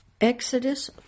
Exodus